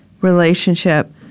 relationship